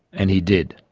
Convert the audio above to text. and he did.